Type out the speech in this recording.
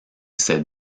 ses